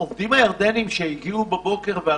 את העובדים הירדנים מלינים